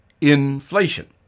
inflation